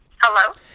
Hello